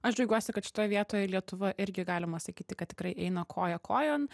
aš džiaugiuosi kad šitoj vietoj lietuva irgi galima sakyti kad tikrai eina koja kojon